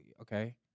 okay